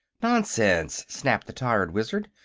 nonsense! snapped the tired wizard.